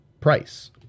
price